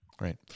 Right